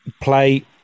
play